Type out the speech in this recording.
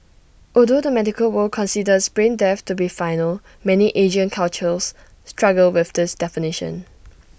although the medical world considers brain death to be final many Asian cultures struggle with this definition